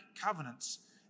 covenants